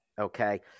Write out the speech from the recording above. Okay